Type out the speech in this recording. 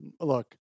Look